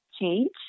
change